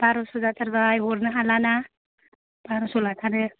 बारस' जाथारबाय हरनो हाला ना बारस' लाथारो